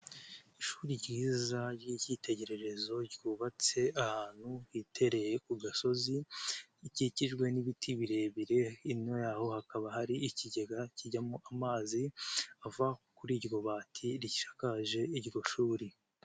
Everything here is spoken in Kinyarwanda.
Ishuri ryiza ry'icyitegererezo ryubatse ahantu hitereye ku gasozi, rikikijwe n'ibiti birebire hino yaho hakaba hari ikigega kijyamo amazi ava kuri iryobati rishakaje iryo shuri.